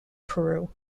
peru